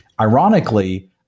Ironically